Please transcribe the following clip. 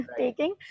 taking